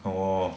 orh